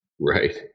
right